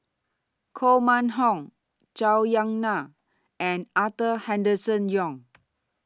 Koh Mun Hong Zhou Ying NAN and Arthur Henderson Young